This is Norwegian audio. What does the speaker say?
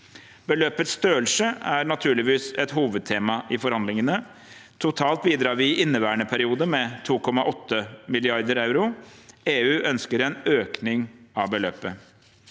Beløpets størrelse er naturligvis et hovedtema i forhandlingene. Totalt bidrar vi i inneværende periode med 2,8 mrd. euro. EU ønsker en økning av beløpet.